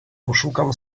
poszukam